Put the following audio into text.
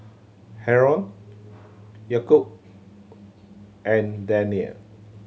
Haron Yaakob and Danial